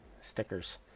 stickers